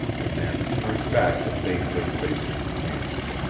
and then turned back to bathe their faces and hands.